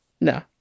No